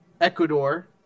Ecuador